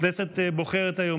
הכנסת בוחרת היום,